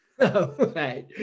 Right